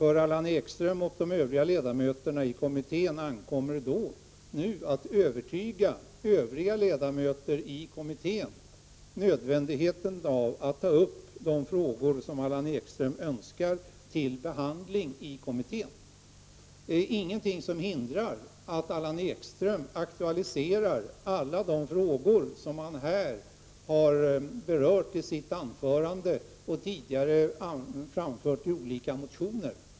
Det ankommer nu på Allan Ekström och ledamöter i kommittén att övertyga övriga ledamöter i kommittén om nödvändigheten av att ta upp de frågor till behandling som Allan Ekström önskar. Det finns ingenting som hindrar att Allan Ekström aktualiserar alla de frågor som han här har berört i sitt anförande och som han tidigare har framfört i olika motioner.